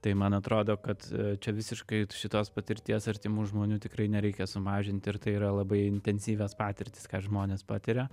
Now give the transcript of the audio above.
tai man atrodo kad čia visiškai šitos patirties artimų žmonių tikrai nereikia sumažinti ir tai yra labai intensyvios patirtys ką žmonės patiria